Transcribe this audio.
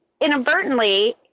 inadvertently